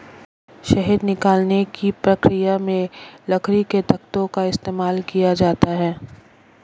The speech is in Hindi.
शहद निकालने की प्रक्रिया में लकड़ी के तख्तों का इस्तेमाल किया जाता है